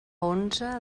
onze